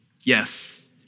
Yes